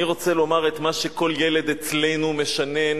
אני רוצה לומר את מה שכל ילד אצלנו משנן: